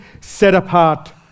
set-apart